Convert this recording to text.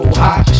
hot